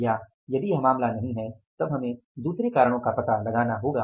या यदि यह मामला नहीं है तब हमें दुसरे कारण का पता लगाना होगा